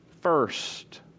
first